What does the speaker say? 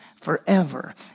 forever